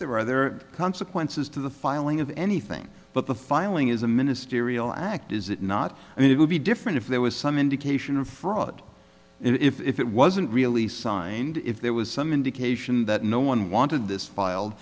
course there are consequences to the filing of anything but the filing is a ministerial act is it not i mean it would be different if there was some indication of fraud if it wasn't really signed if there was some indication that no one wanted this filed